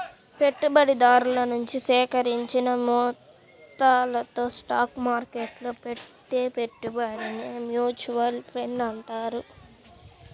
పెట్టుబడిదారుల నుంచి సేకరించిన మొత్తాలతో స్టాక్ మార్కెట్టులో పెట్టే పెట్టుబడినే మ్యూచువల్ ఫండ్ అంటారు